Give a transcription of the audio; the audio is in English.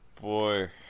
boy